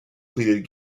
pleaded